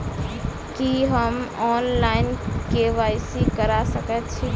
की हम online, KYC करा सकैत छी?